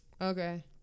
Okay